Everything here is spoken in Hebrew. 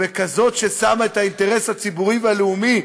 וכזאת ששמה את האינטרס הציבורי והלאומי,